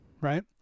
right